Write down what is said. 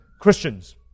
Christians